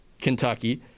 Kentucky